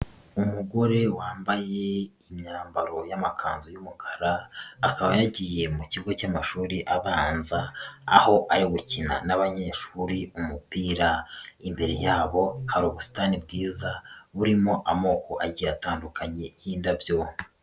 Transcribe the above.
Umugore wambaye imyambaro y'amakanzu y'umukara akaba yagiye mu kigo cy'amashuri abanza aho ari gukina n'abanyeshuri umupira, imbere yabo hari ubusitani bwiza burimo amoko agiye atandukanye y'indabyo.